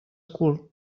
cul